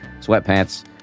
sweatpants